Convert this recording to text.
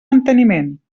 enteniment